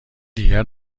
دیگر